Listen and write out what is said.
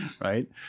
right